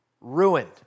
ruined